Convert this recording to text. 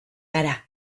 gara